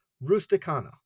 Rusticana